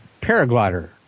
paraglider